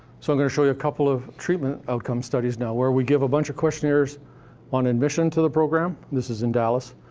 so i'm gonna show you a couple of treatment outcome studies now, where we give a bunch of questionnaires on admission to the program this is in dallas.